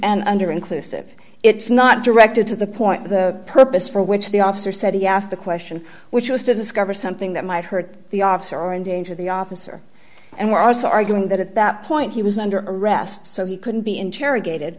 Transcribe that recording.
and under inclusive it's not directed to the point the purpose for which the officer said he asked the question which was to discover something that might hurt the officer or endanger the officer and were also arguing that at that point he was under arrest so he couldn't be interrogated